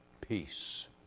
peace